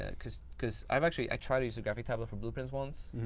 ah because because i've actually, i tried to use a graphic tablet for blueprints once.